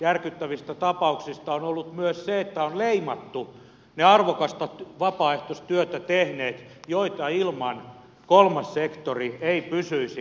järkyttävistä tapauksista on ollut myös se että on leimattu ne arvokasta vapaaehtoistyötä tehneet joita ilman kolmas sektori ei pysyisi pystyssä